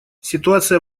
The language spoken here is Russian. ситуация